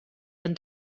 han